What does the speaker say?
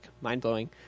mind-blowing